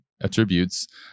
attributes